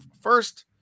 first